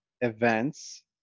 events